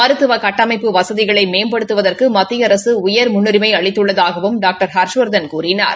மருத்துவ கட்டமைப்பு வசதிகளை மேம்படுத்துவதற்கு மத்திய அரசு உயா் முன்னுரிமை அளித்துள்ளதாகவும் டாக்டர் ஹர்ஷவர்தன் கூறினார்